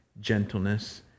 gentleness